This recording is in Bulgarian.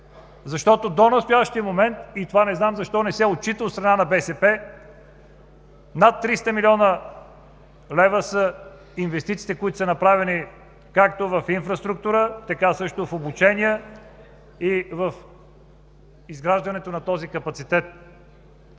защото до настоящия момент, и това не знам защо не се отчита от страна на БСП, над 300 млн. лв. са инвестициите, които са направени както в инфраструктура, а също и в обучения за изграждане на този капацитет.